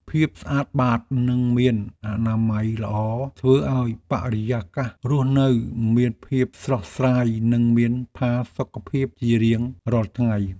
ភាពស្អាតបាតនិងមានអនាម័យល្អធ្វើឱ្យបរិយាកាសរស់នៅមានភាពស្រស់ស្រាយនិងមានផាសុកភាពជារៀងរាល់ថ្ងៃ។